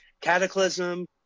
Cataclysm